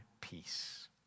peace